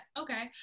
Okay